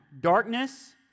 Darkness